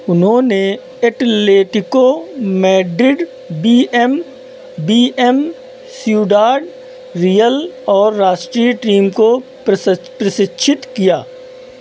उन्होंने Atletico Madrid B M B M Ciudad Real और राष्ट्रीय टीम को प्रश प्रशिक्षित किया